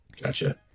Gotcha